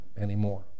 anymore